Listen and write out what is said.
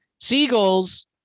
seagulls